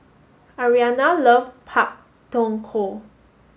Arianna love Pak Thong Ko